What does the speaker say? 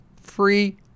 Free